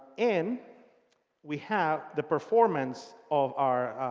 and we have the performance of our